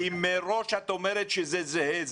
מראש את אומרת שזה זהה.